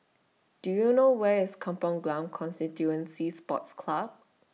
Do YOU know Where IS Kampong Glam Constituency Sports Club